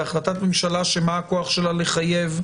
בהחלטת ממשלה, שמה הכוח שלה לחייב?